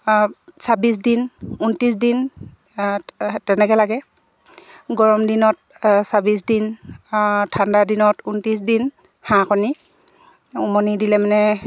ছাব্বিছ দিন ঊনত্ৰিছ দিন তেনেকৈ লাগে গৰম দিনত ছাব্বিছ দিন ঠাণ্ডা দিনত ঊনত্ৰিছ দিন হাঁহ কণী উমনি দিলে মানে